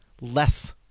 less